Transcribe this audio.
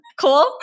cool